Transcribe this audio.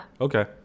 okay